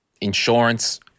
insurance